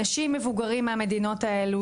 אנשים מבוגרים מהמדינות האלו,